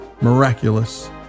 miraculous